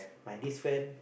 my this friend